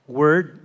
word